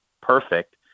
perfect